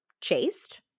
chased